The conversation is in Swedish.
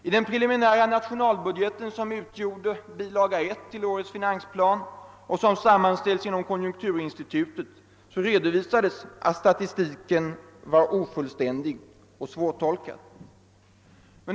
I den preliminära nationalbudgeten, som utgjorde bilaga 1 till årets finansplan och som sammanställts av konjunkturinstitutet, redovisades att statistiken var ofullständig och svårtolkad.